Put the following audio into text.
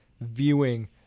viewing